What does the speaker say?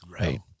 Right